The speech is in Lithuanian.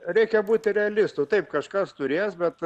reikia būti realistu taip kažkas turės bet